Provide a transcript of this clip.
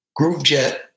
Groovejet